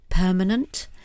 Permanent